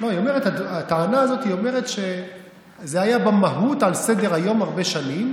הטענה הזו אומרת שזה היה במהות על סדר-היום הרבה שנים,